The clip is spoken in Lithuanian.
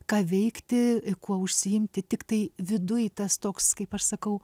ką veikti kuo užsiimti tiktai viduj tas toks kaip aš sakau